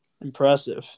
Impressive